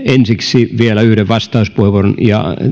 ensiksi vielä yhden vastauspuheenvuoron ja